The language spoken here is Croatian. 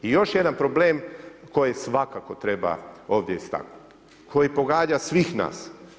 I još jedan problem koji svakako treba ovdje istaknuti, koji pogađa svih nas.